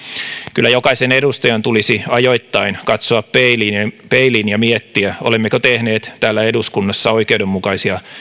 kyllä jokaisen edustajan tulisi ajoittain katsoa peiliin ja peiliin ja miettiä olemmeko tehneet täällä eduskunnassa oikeudenmukaisia